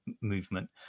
movement